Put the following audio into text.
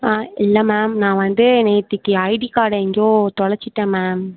ஆ இல்லை மேம் நான் வந்து நேத்திக்கு ஐடி கார்டை எங்கேயோ தொலைச்சிட்டேன் மேம்